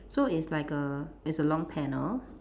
so it's like err it's a long panel